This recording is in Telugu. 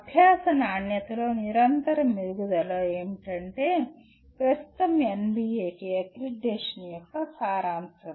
అభ్యాస నాణ్యతలో నిరంతర మెరుగుదల ఏమిటంటే ప్రస్తుత NBA అక్రిడిటేషన్ యొక్క సారాంశం